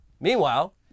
Meanwhile